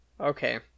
okay